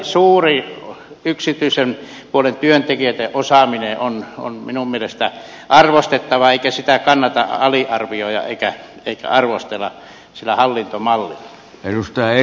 kyllä siellä yksityisen puolen työntekijöitten osaaminen on minun mielestäni suuri arvostettava eikä sitä kannata aliarvioida eikä arvostella sillä hallintomallilla